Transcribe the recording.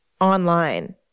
online